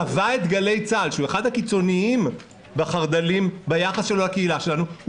שהוא אחד הקיצוניים בין החרד"לים ביחס שלו לקהילה שלנו,